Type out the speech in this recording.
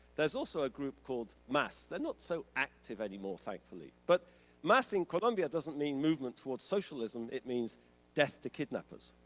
there's also a group called mas. they're not so active anymore thankfully, but mas in colombia doesn't mean movement towards socialism. it means death to kidnappers,